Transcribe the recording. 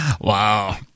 Wow